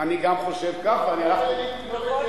אני גם חושב כך, ואני הלכתי, לא ב"טדי".